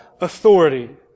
authority